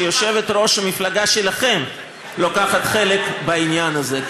שיושבת-ראש המפלגה שלכם לוקחת חלק בעניין הזה,